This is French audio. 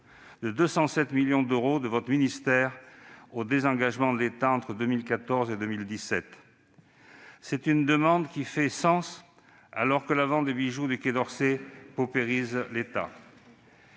de 207 millions d'euros de votre ministère au désendettement de l'État entre 2014 et 2017. C'est une demande qui a du sens, alors que la vente des bijoux du Quai d'Orsay paupérise l'État.